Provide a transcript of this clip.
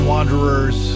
Wanderers